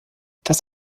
das